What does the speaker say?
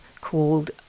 called